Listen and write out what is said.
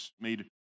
made